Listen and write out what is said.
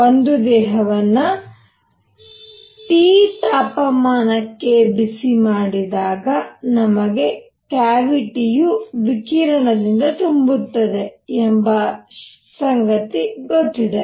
ಒಂದು ದೇಹವನ್ನು T ತಾಪಮಾನಕ್ಕೆ ಬಿಸಿಮಾಡಿದಾಗ ನಮಗೆ ಕ್ಯಾವಿಟಿಯು ವಿಕಿರಣದಿಂದ ತುಂಬುತ್ತದೆ ಎಂಬ ಸಂಗತಿ ಗೊತ್ತಿದೆ